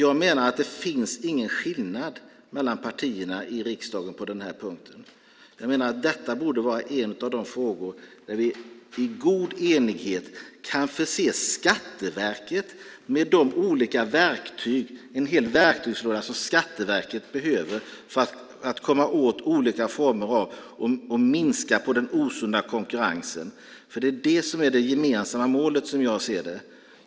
Jag menar att det inte finns någon skillnad mellan partierna i riksdagen på den här punkten. Detta borde vara en av de frågor där vi i god enighet kan förse Skatteverket med de olika verktyg, en hel verktygslåda, som Skatteverket behöver för att komma åt olika former av detta och minska den osunda konkurrensen. Det är det som är det gemensamma målet, som jag ser det.